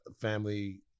Family